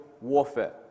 warfare